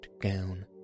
gown